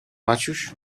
maciuś